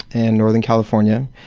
and northern california,